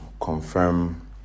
confirm